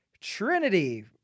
Trinity